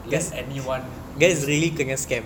let anyone use the thing